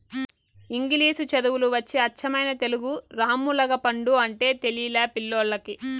ఇంగిలీసు చదువులు వచ్చి అచ్చమైన తెలుగు రామ్ములగపండు అంటే తెలిలా పిల్లోల్లకి